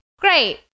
Great